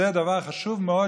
זה דבר חשוב מאוד,